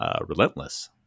Relentless